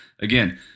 Again